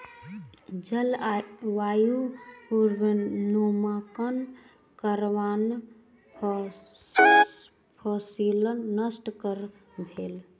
जलवायु पूर्वानुमानक कारणेँ फसिल नष्ट नै भेल